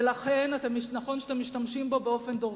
ונכון שאתם משתמשים בו באופן דורסני,